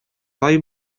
тай